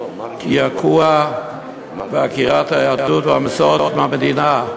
קעקוע ועקירת היהדות והמסורת מהמדינה.